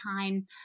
time